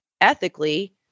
ethically